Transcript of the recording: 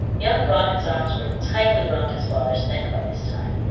young robin's arms were tightly round his father's neck by this time,